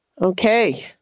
Okay